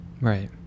Right